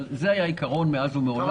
אבל זה היה העיקרון מאז ומעולם.